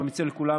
ואני מציע לכולם,